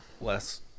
less